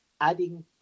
adding